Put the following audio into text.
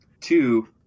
Two